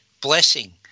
blessing